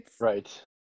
Right